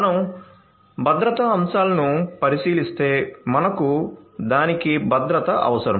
మనం భద్రతా అంశాలను పరిశీలిస్తే మనకు ప్రతిదానికీ భద్రత అవసరం